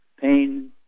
pain